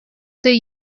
they